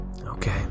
Okay